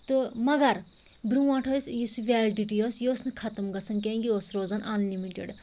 تہٕ مگر برٛونٛٹھ ٲسۍ یُس یہِ وٮ۪لڈِٹی ٲس یہِ ٲس نہٕ ختم گژھان کیٚنٛہہ یہِ ٲس روزان اَنلِمِٹٕڈ